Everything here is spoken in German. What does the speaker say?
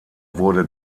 wurde